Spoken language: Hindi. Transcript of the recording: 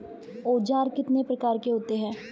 औज़ार कितने प्रकार के होते हैं?